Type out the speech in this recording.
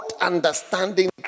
understanding